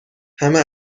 همه